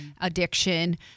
addiction